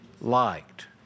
liked